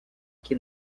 que